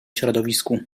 środowisku